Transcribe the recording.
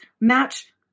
match